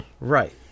right